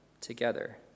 together